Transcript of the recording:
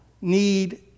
need